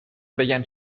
بگن